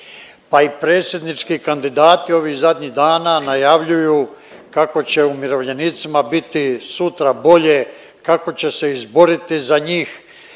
Pa i predsjednički kandidati ovih zadnjih dana najavljuju kako će umirovljenicima biti sutra bolje, kako će se izboriti za njih